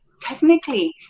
technically